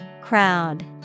Crowd